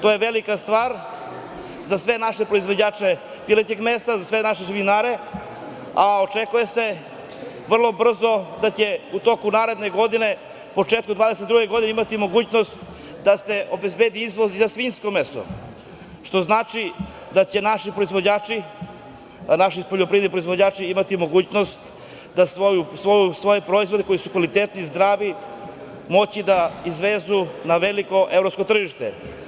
To je velika stvar za sve naše proizvođače pilećeg mesa, za sve naše živinare, a očekuje se vrlo brzo da će u toku naredne godine, početkom 2022. godine imati mogućnost da se obezbedi izvoz i za svinjsko meso, što znači da će naši proizvođači, a naši poljoprivredni proizvođači imati mogućnost da svoje proizvode koji su kvalitetni, zdravi, moći da izvezu na veliko evropsko tržište.